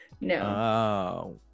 no